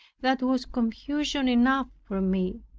that was confusion enough for me,